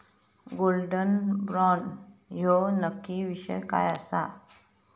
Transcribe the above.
Gold bond ह्यो नक्की विषय काय आसा?